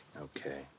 Okay